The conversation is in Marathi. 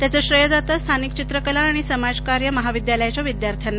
त्याचं श्रेय जातं स्थानिक चित्रकला आणि समाजकार्य महाविद्यालयाच्या विद्यार्थ्याना